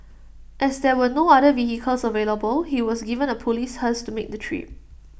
as there were no other vehicles available he was given A Police hearse to make the trip